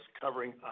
covering